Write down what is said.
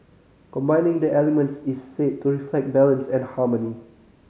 combining the elements is said to reflect balance and harmony